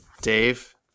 Dave